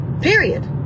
period